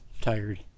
tired